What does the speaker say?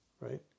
right